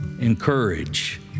Encourage